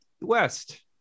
west